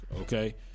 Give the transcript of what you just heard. Okay